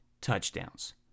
touchdowns